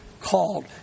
called